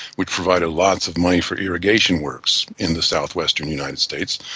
which provided lots of money for irrigation works in the south-western united states,